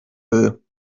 will